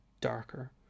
darker